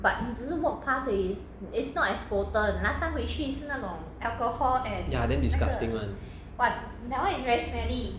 ya damn disgusting [one]